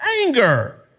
anger